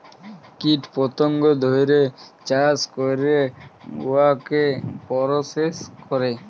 কীট পতঙ্গ ধ্যইরে চাষ ক্যইরে উয়াকে পরসেস ক্যরে